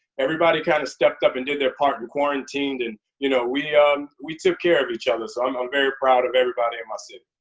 everybody kind of stepped up and did their part and quarantined, and, you know, we um we took care of each other. so i'm i'm very proud of everybody in my city.